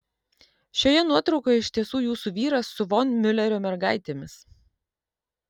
šioje nuotraukoje iš tiesų jūsų vyras su von miulerio mergaitėmis